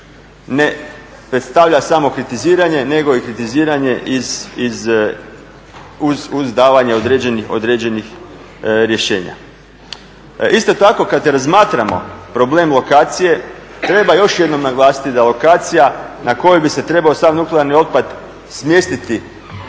ne predstavlja samo kritiziranje nego i kritiziranje uz davanje određenih rješenja. Isto tako kad razmatramo problem lokacije treba još jednom naglasiti da lokacija na kojoj bi se trebao sav nuklearni otpad smjestiti